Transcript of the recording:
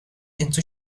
into